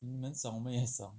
你们爽我们也爽